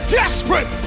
desperate